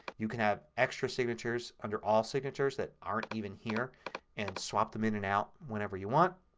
you can have extra signatures under all signatures that aren't even here and swap them in and out whenever you want.